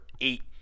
eight